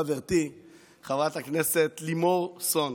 חברתי חברת הכנסת לימור סון